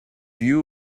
you